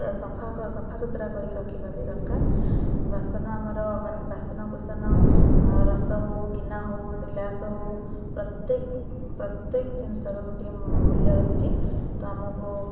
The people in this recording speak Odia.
ସଫା ସଫାସୁୁତୁରା କରିକି ରଖିବା ପାଇଁ ଦରକାର ବାସନ ଆମର ମାନେ ବାସନ କୁୁସନ ରସ ହଉ ଗିନା ହଉ ଗିଲାସ ହଉ ପ୍ରତ୍ୟେକ ପ୍ରତ୍ୟେକ ଜିନିଷର ଗୋଟିଏ ମୂଲ୍ୟ ରହିଛି ତ ଆମକୁ